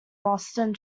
boston